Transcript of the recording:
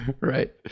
right